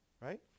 right